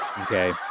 Okay